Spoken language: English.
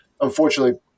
unfortunately